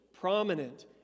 prominent